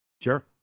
Sure